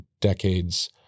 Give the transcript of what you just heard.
decades